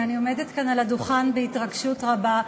אני עומדת כאן על הדוכן בהתרגשות רבה.